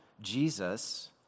Jesus